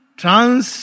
trans